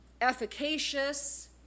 efficacious